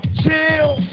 chill